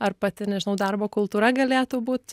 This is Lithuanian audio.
ar pati nežinau darbo kultūra galėtų būt